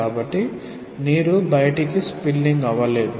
కాబట్టి నీరు బయటికి తప్పించుకోలేదు